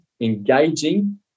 engaging